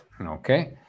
okay